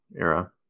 era